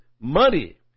money